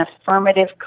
affirmative